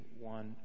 One